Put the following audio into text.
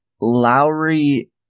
Lowry